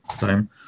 time